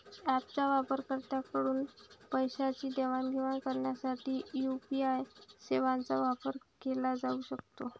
ऍपच्या वापरकर्त्यांकडून पैशांची देवाणघेवाण करण्यासाठी यू.पी.आय सेवांचा वापर केला जाऊ शकतो